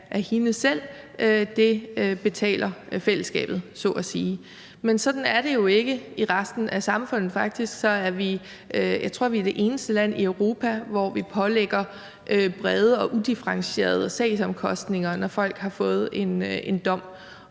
af hende selv; dem betaler fællesskabet – så at sige. Men sådan er det jo ikke i resten af samfundet, for faktisk tror jeg, at vi er det eneste land i Europa, hvor vi pålægger brede og udifferentierede sagsomkostninger, når folk har fået en dom.